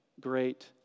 great